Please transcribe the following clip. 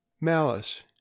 Malice